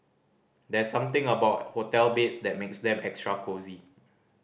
there's something about hotel beds that makes them extra cosy